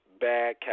bad